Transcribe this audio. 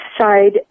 side